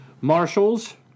Marshals